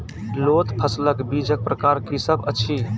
लोत फसलक बीजक प्रकार की सब अछि?